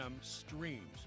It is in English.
Streams